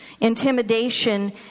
intimidation